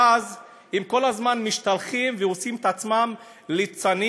ואז הם כל הזמן משתלחים ועושים את עצמם ליצנים,